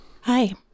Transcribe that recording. Hi